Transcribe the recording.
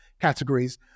categories